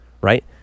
right